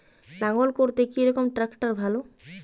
লাঙ্গল করতে কি রকম ট্রাকটার ভালো?